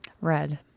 Red